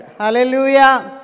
Hallelujah